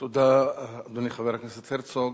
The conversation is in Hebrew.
תודה, אדוני חבר הכנסת הרצוג.